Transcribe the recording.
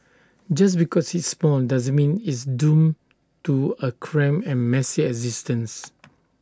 just because it's small doesn't mean it's doomed to A cramped and messy existence